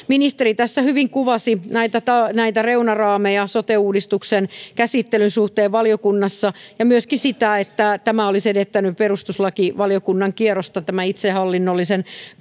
ministeri tässä hyvin kuvasi näitä näitä reunaraameja sote uudistuksen käsittelyn suhteen valiokunnassa ja myöskin sitä että tämä olisi edellyttänyt perustuslakivaliokunnan kierrosta itsehallinnollisen